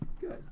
Good